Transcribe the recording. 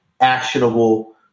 actionable